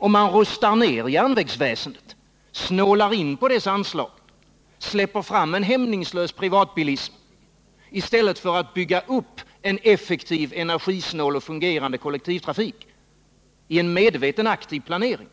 Om man rustar ner järnvägsväsendet, snålar in på dess anslag, släpper fram en hämningslös privatbilism i stället för att bygga upp en effektiv energisnål och fungerande kollektivtrafik i en medveten aktiv planering,